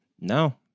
no